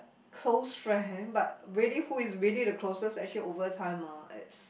close friend but really who is really the closest actually over time ah it's